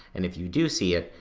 and if you do see it,